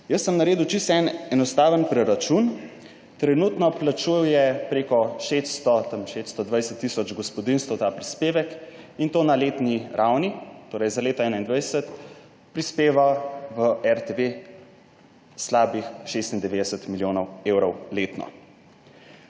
Jaz sem naredil čisto enostaven preračun. Trenutno plačuje preko 600 tisoč, tam 620 tisoč gospodinjstev ta prispevek, in to na letni ravni, torej za leto 2021 prispeva v RTV slabih 96 milijonov evrov letno.